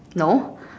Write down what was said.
no